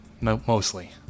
Mostly